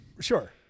sure